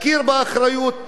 להכיר באחריות,